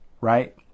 right